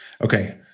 okay